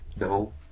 No